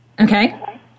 Okay